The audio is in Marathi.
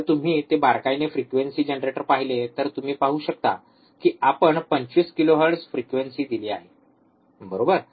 जर तुम्ही ते बारकाईने फ्रिक्वेन्सी जनरेटर पाहिले तर तुम्ही पाहू शकता की आपण २५ किलोहर्ट्झ फ्रिक्वेन्सी दिले आहे बरोबर